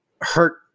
hurt